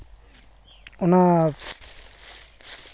ᱚᱱᱟ